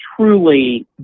truly